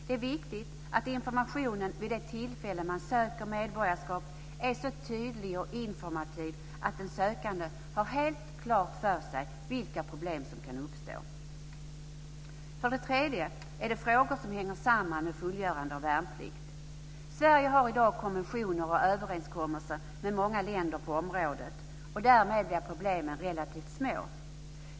Det är viktigt att informationen vid det tillfälle som man söker medborgarskap är så tydlig och informativ att den sökande har helt klart för sig vilka problem som kan uppstå. Det tredje området rör frågor som hänger samman med fullgörande av värnplikt. Sverige har i dag konventioner och överenskommelser med många länder och därmed blir problemen relativt små.